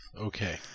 okay